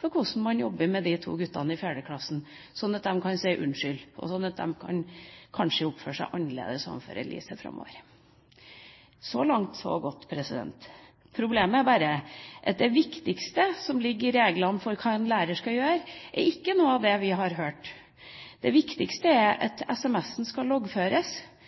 for å jobbe med de to guttene i fjerde klasse, slik at de kan si unnskyld og kanskje oppføre seg annerledes overfor Elise framover. Så langt så godt. Problemet er bare at det viktigste som ligger i reglene for hva en lærer skal gjøre, ikke er noe av dette. Det viktigste er at sms-en skal loggføres, det skal skrives et eget saksnummer, og det skal rapporteres hvordan sms-en er håndtert. Alt dette skal